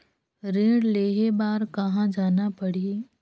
ऋण लेहे बार कहा जाना पड़ही?